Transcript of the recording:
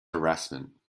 harassment